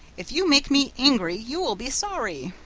if you make me angry, you'll be sorry!